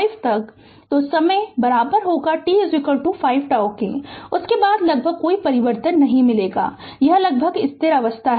तो समय t 5 τ उसके बाद लगभग कोई परिवर्तन नहीं मिलेगा यह लगभग स्थिर अवस्था है